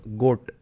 goat